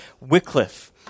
Wycliffe